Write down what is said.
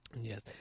Yes